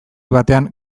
batean